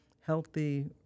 healthy